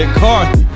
McCarthy